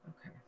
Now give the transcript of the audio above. okay